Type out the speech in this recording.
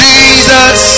Jesus